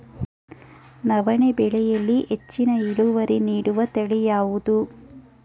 ನವಣೆ ಬೆಳೆಯಲ್ಲಿ ಹೆಚ್ಚಿನ ಇಳುವರಿ ನೀಡುವ ತಳಿ ಯಾವುದು?